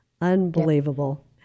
Unbelievable